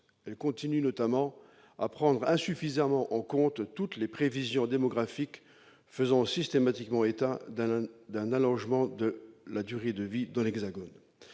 Elle continue notamment à prendre insuffisamment en compte toutes les prévisions démographiques faisant systématiquement état d'un allongement de la durée de vie dans l'Hexagone.